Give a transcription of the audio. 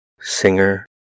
Singer